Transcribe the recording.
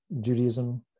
Judaism